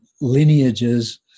lineages